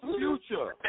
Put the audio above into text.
future